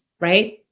right